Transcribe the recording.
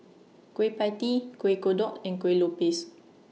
Kueh PIE Tee Kuih Kodok and Kueh Lopes